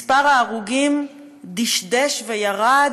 מספר ההרוגים דשדש וירד,